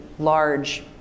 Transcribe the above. large